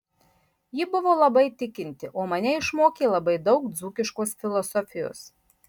ji buvo labai tikinti o mane išmokė labai daug dzūkiškos filosofijos